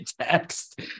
text